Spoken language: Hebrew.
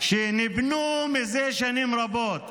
שנבנו לפני שנים רבות.